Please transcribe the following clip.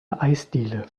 eisdiele